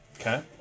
Okay